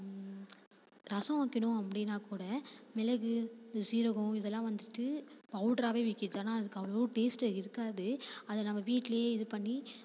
ரசம் வைக்கணும் அப்படின்னால் கூட மிளகு சீரகம் இதெல்லாம் வந்துட்டு பவுட்ராகவே விற்கிது ஆனால் அதுக்கு அவ்வளோ டேஸ்ட்டு இருக்காது அதை நம்ம வீட்டிலேயே இது பண்ணி